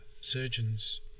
surgeons